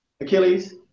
Achilles